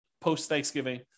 post-Thanksgiving